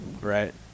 Right